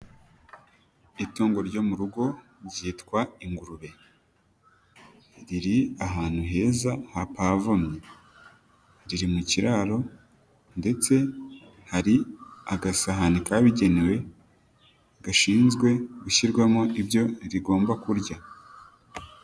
Itungo ryo mu rugo ryitwa ingurube, riri ahantu heza hapavomye, riri mu kiraro ndetse hari agasahani kabigenewe, gashinzwe gushyirwamo ibyo rigomba kurya.